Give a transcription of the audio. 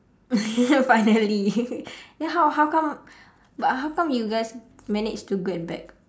finally then how how come but how come you guys manage to get back